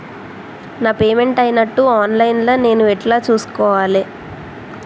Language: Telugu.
నా పేమెంట్ అయినట్టు ఆన్ లైన్ లా నేను ఎట్ల చూస్కోవాలే?